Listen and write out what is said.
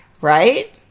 Right